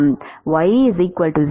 y 0